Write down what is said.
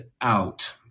out